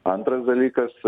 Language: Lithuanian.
antras dalykas